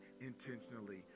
intentionally